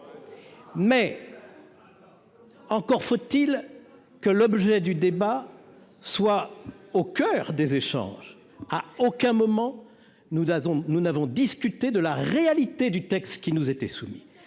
Mais. Encore faut-il que l'objet du débat soit au coeur des échanges à aucun moment, nous disons : nous n'avons discuté de la réalité du texte qui nous était soumis